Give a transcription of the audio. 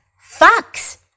Fox